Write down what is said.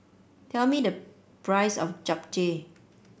tell me the price of Japchae